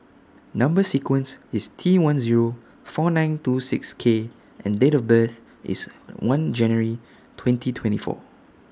Number sequence IS T one Zero four nine two six K and Date of birth IS one January twenty twenty four